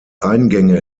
eingänge